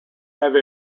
have